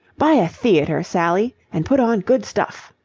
buy a theatre. sally, and put on good stuff.